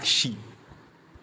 പക്ഷി